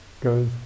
goes